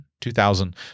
2000